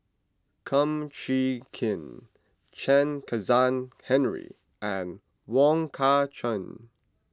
Kum Chee Kin Chen Kezhan Henri and Wong Kah Chun